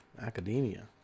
academia